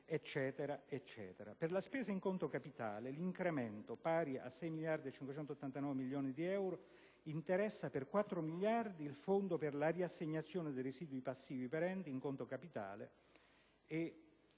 Per la spesa in conto capitale l'incremento, pari a 6 miliardi e 589 milioni di euro, interessa per 4 miliardi il fondo per la riassegnazione dei residui passivi perenti in conto capitale,